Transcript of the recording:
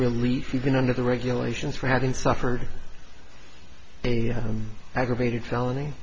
relief even under the regulations for having suffered a aggravated felony